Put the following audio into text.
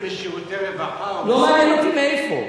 לא מעניין אותי מאיפה.